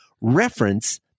reference